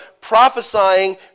prophesying